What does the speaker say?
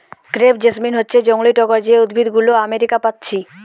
crepe jasmine হচ্ছে জংলি টগর যে উদ্ভিদ গুলো আমেরিকা পাচ্ছি